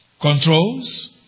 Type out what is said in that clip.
controls